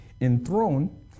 enthroned